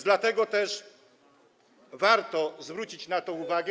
Dlatego też warto zwrócić na to uwagę.